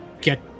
get